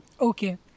okay